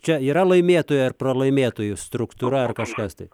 čia yra laimėtojų ar pralaimėtojų struktūra ar kažkas tai